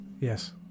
Yes